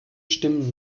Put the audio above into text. stimmen